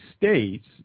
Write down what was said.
states